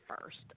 first